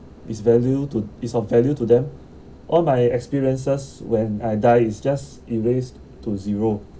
it's value it's of value to them all my experiences when I die it's just erased to zero